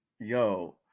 yo